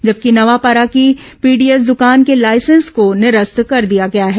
जबकि नवापारा की पीडीएस दुकान के लाइसेंस को निरस्त कर दिया गया है